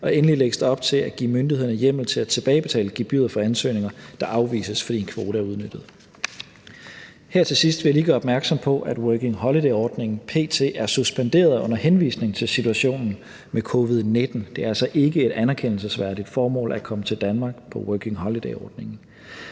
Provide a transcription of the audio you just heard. Og endelig lægges der op til at give myndighederne hjemmel til at tilbagebetale gebyret for ansøgninger, der afvises, fordi en kvote er udnyttet. Her til sidst vil jeg lige gøre opmærksom på, at Working Holiday-ordningen p.t. er suspenderet under henvisning til situationen med covid-19. Det er altså ikke et anerkendelsesværdigt formål at komme til Danmark på Working Holiday-ordningen.